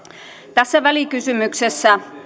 tässä välikysymyksessä